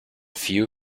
few